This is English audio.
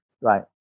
Right